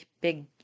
big